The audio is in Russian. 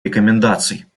рекомендаций